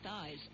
thighs